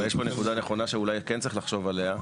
יש פה נקודה נכונה שכן צריך לחשוב עליה,